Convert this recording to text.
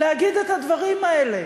להגיד את הדברים האלה,